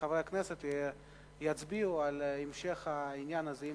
וחברי הכנסת יצביעו על המשך העניין הזה,